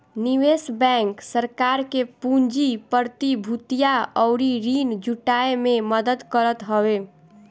निवेश बैंक सरकार के पूंजी, प्रतिभूतियां अउरी ऋण जुटाए में मदद करत हवे